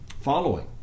following